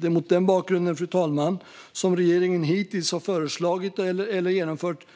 Det är mot denna bakgrund, fru talman, som regeringen hittills har föreslagit eller genomfört